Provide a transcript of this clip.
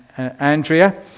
Andrea